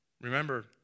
Remember